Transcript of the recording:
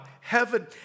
heaven